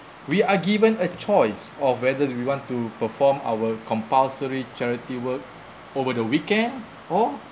we are given a choice of whether we want to perform our compulsory charity work over the weekend or